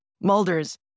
Mulder's